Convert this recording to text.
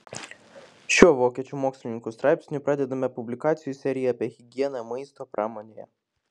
šiuo vokiečių mokslininkų straipsniu pradedame publikacijų seriją apie higieną maisto pramonėje